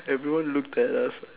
everyone looked at us